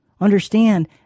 Understand